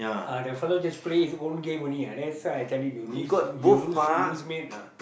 uh the fella just play his own game only that's why you lose you lose lose mate ah